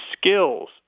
skills